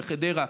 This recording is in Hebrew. בחדרה,